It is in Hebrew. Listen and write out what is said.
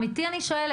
באמת אני שואלת,